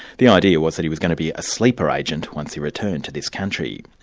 the idea was that he was going to be a sleeper agent once he returned to this country.